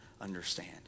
understand